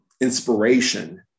inspiration